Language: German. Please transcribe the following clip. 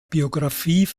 biographie